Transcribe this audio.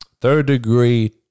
third-degree